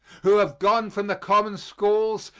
who have gone from the common schools,